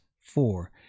four